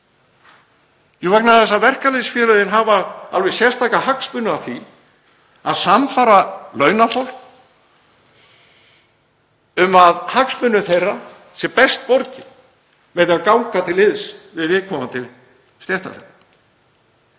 Jú, vegna þess að verkalýðsfélögin hafa alveg sérstaka hagsmuni af því að sannfæra launafólk um að hagsmunum þess sé best borgið með því að ganga til liðs við viðkomandi stéttarfélög.